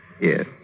Yes